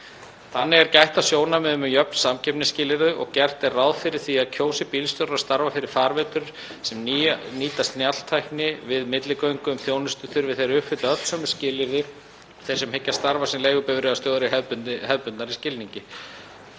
Þannig er gætt að sjónarmiðum um jöfn samkeppnisskilyrði og gert er ráð fyrir því að kjósi bílstjórar að starfa fyrir farveitur sem nýta snjalltækni við milligöngu um þjónustu þurfi þeir að uppfylla öll sömu skilyrði og þeir sem hyggjast starfa sem leigubifreiðastjórar í hefðbundnari skilningi.